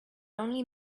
only